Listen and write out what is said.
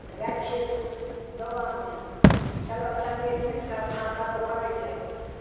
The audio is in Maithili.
तऽ जाइ छियै दौड़ानमे कि चलहो चललियै तीर्थके स्थान कतहु करय लए